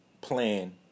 plan